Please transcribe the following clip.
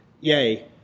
yay